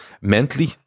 mentally